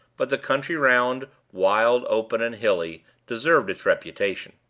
but the country round, wild, open, and hilly, deserved its reputation.